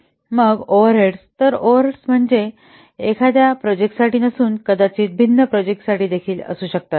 मग ओव्हरहेड्स तर ओव्हरहेड्स म्हणजे एखाद्या एका प्रोजेक्टासाठी नसून कदाचित भिन्न प्रोजेक्टांसाठी देखील असू शकतात